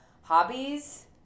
Hobbies